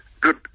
Good